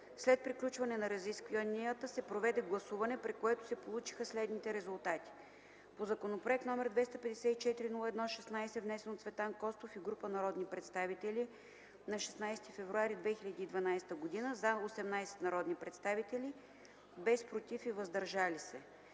След приключване на разискванията се проведе гласуване, при което се получиха следните резултати: - по законопроект № 254-01-16, внесен от Цветан Костов и група народни представители на 16 февруари 2012 г., „за” – 18 народни представители, без „против” и „въздържали се”;